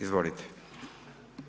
Izvolite.